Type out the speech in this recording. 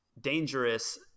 dangerous